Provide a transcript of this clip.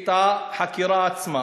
את החקירה עצמה.